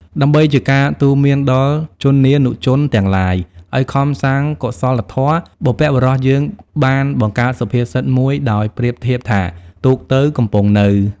ដើម្បីជាការទូន្មានដល់ជនានុជនទាំងឡាយ ឲ្យខំសាងកុសលធម៌ បុព្វបុរសយើងបានបង្កើតសុភាសិតមួយដោយប្រៀបធៀបថា ទូកទៅ កំពង់នៅ។